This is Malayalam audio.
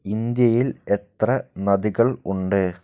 ഇന്ത്യയിൽ എത്ര നദികൾ ഉണ്ട്